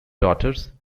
daughters